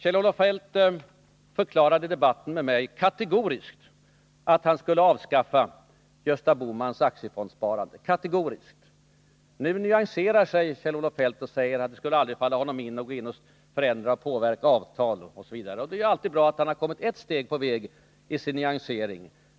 Kjell-Olof Feldt förklarade i debatten med mig i torsdags kategoriskt att han skulle avskaffa Gösta Bohmans aktiefondssparande. Nu nyanserar Kjell-Olof Feldt sig genom att säga att det aldrig skulle falla honom in att förändra avtal. Det är ju bra att han har kommit ett steg på väg i nyansering.